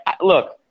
look